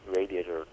radiator